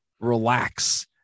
relax